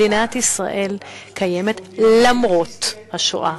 מדינת ישראל קיימת למרות השואה.